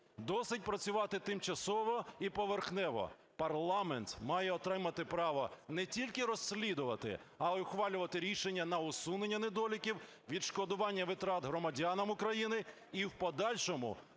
досить працювати тимчасово і поверхнево. Парламент має отримати право не тільки розслідувати, а і ухвалювати рішення на усунення недоліків, відшкодування витрат громадянам України, і в подальшому